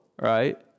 Right